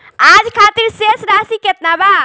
आज खातिर शेष राशि केतना बा?